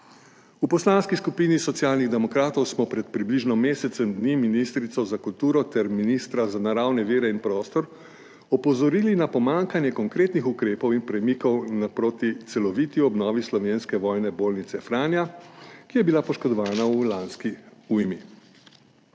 V Poslanski skupini Socialnih demokratov smo pred približno mesecem dni ministrico za kulturo ter ministra za naravne vire in prostor opozorili na pomanjkanje konkretnih ukrepov in premikov naproti celoviti obnovi slovenske vojne bolnice Franja, ki je bila poškodovana v lanski ujmi.